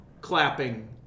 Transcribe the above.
clapping